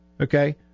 okay